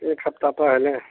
एक हफ़्ते पहले